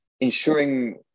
Ensuring